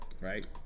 right